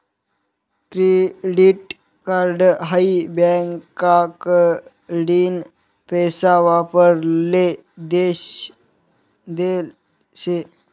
credit card हाई बँकाकडीन पैसा वापराले देल शे